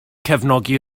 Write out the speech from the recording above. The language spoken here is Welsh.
cefnogi